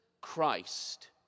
Christ